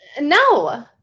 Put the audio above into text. no